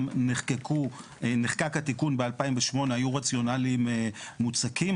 נחקק התיקון ב-2008 היו רציונלים מוצקים.